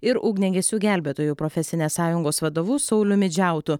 ir ugniagesių gelbėtojų profesinės sąjungos vadovu sauliumi džiautu